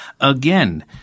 again